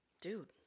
dude